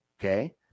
okay